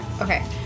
Okay